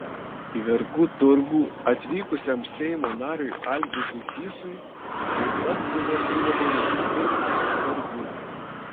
į vergų turgų atvykusiam seimo nariui algirdui sysui taip pat buvo siūloma nusipirkti vergų